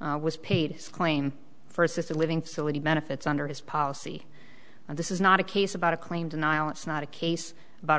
was paid his claim for assisted living facility benefits under his policy and this is not a case about a claim denial it's not a case about a